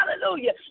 hallelujah